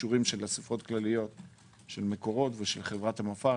אישורים של אספות כלליות של מקורות ושל חברת המפא"ר,